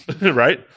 Right